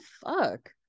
fuck